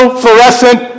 fluorescent